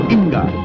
Inga